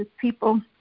people